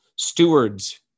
stewards